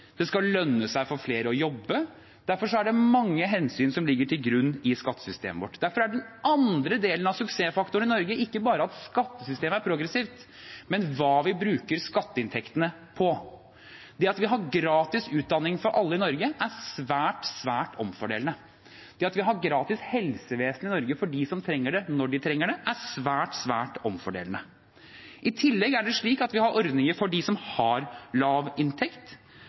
vi skal hindre forurensning, det skal lønne seg for flere å jobbe. Derfor er det mange hensyn som ligger til grunn for skattesystemet vårt. Derfor er den andre delen av suksessfaktoren i Norge ikke bare at skattesystemet er progressivt, men hva vi bruker skatteinntektene på. Det at vi har gratis utdanning for alle i Norge, er svært, svært omfordelende. Det at vi har gratis helsevesen i Norge for dem som trenger det, når de trenger det, er svært, svært omfordelende. I tillegg har vi ordninger for dem som har lav inntekt,